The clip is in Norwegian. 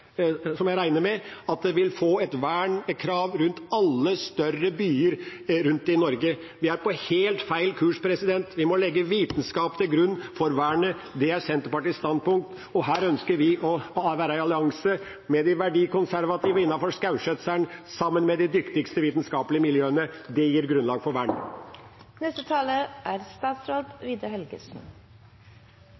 jeg regner med at man vil få et vernekrav rundt alle større byer rundt i Norge. Vi er på helt feil kurs. Vi må legge vitenskap til grunn for vernet. Det er Senterpartiets standpunkt, og her ønsker vi å være i allianse med de verdikonservative innenfor skogskjøtselen, sammen med de dyktigste vitenskapelige miljøene. Det gir grunnlag for